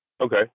Okay